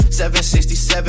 767